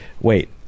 wait